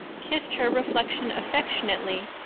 kissed her reflection affectionately,